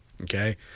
Okay